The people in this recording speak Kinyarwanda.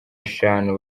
eshanu